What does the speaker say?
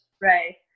Right